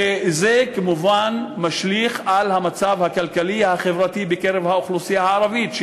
וזה כמובן משליך על המצב הכלכלי החברתי בקרב האוכלוסייה הערבית,